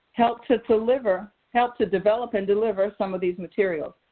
help to deliver help to develop and deliver some of these materials.